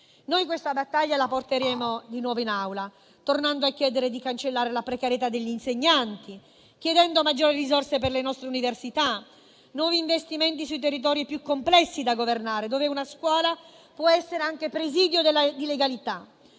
questa battaglia di nuovo in Aula, tornando a chiedere di cancellare la precarietà degli insegnanti, chiedendo maggiori risorse per le nostre università e nuovi investimenti nei territori più complessi da governare, dove una scuola può essere anche presidio di legalità,